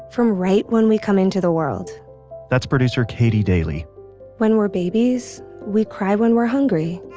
from right when we come into the world that's producer katy daily when we're babies, we cry when we're hungry,